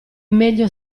meglio